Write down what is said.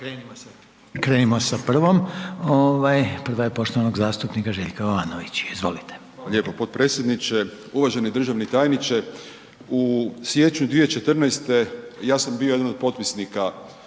Krenimo sa prvom, prva je poštovanog zastupnika Željka Jovanovića, izvolite. **Jovanović, Željko (SDP)** Hvala lijepo potpredsjedniče. Uvaženi državni tajniče, u siječnju 2014. ja sam bio jedan od potpisnika